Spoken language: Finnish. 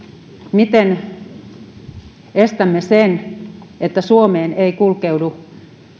miten estämme sen että suomeen ei kulkeudu